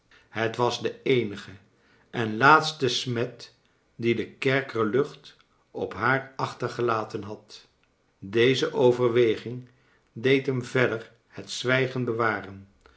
het was de eenige en laatste smet die de kerkerlucht op haar achtergelaten had deze ovcrwcging deed item verder het zwiigcn hewarcn